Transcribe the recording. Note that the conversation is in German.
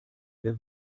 wer